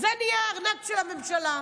זה נהיה הארנק של הממשלה.